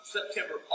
September